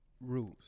rules